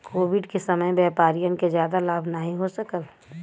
Covid के समय में व्यापारियन के जादा लाभ नाहीं हो सकाल